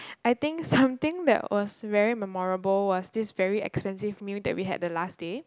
I think something that was very memorable was this very expensive meal that we had the last day